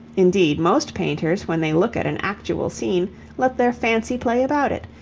indeed, most painters when they look at an actual scene let their fancy play about it,